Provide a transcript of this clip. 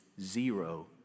zero